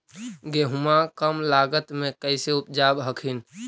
गेहुमा कम लागत मे कैसे उपजाब हखिन?